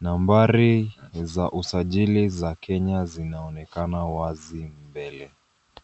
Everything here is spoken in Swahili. Nambari za usajili za Kenya inaonekana wazi mbele.